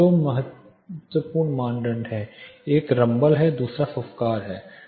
दो महत्वपूर्ण मानदंड हैं एक रंबल है दूसरा फुफकार है